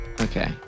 Okay